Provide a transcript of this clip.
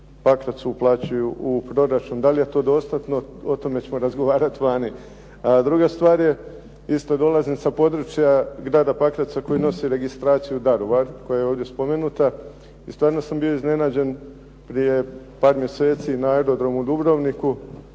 Pakracu uplaćuju u proračunu. Da li je to dostatno o tome ćemo razgovarati vani. Druga stvar je, isto dolazim sa područja grada Pakraca koji nosi registraciju Daruvar koja je ovdje spomenuta i stvarno sam bio iznenađen prije par mjeseci na Aerodromu u Dubrovniku